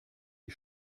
die